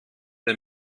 der